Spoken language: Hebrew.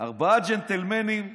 ארבעה ג'נטלמנים מוכרים,